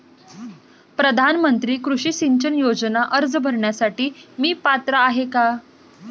प्रधानमंत्री कृषी सिंचन योजना अर्ज भरण्यासाठी मी पात्र आहे का?